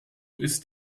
ist